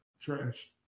trash